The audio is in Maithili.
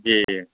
जी